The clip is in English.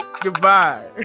Goodbye